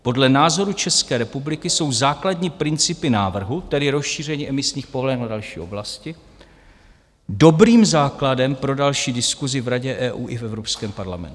Podle názoru České republiky jsou základní principy návrhu, tedy rozšíření emisních povolenek na další oblasti, dobrým základem pro další diskusi v Radě EU i v Evropském parlamentu...